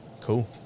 cool